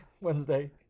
Wednesday